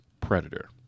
Predator